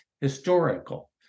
historical